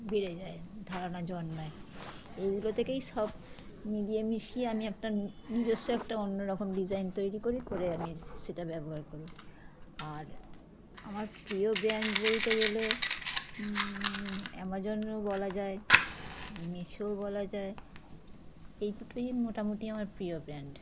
বেড়ে যায় ধারণা জন্মায় এইগুলো থেকেই সব মিলিয়ে মিশিয়ে আমি একটা নিজস্ব একটা অন্য রকম ডিজাইন তৈরি করি করে আমি সেটা ব্যবহার করি আর আমার প্রিয় ব্র্যান্ড বলতে গেলে অ্যামাজনও বলা যায় মিশোও বলা যায় এই দুটোই মোটামোটি আমার প্রিয় ব্র্যান্ড